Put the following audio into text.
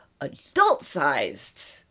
adult-sized